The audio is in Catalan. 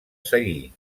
seguir